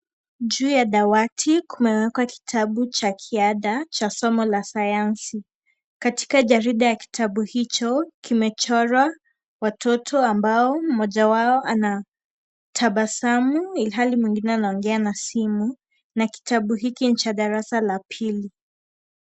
Juu ya dawati kumewekwa kitabu cha ziada cha somo la sayansi. Katika jarida ya kitabu hicho kimechorwa watoto ambao mmoja wao anatabasamu ilhali mwingine anaongea na simu na kitabu hiki ni cha darasa la pili.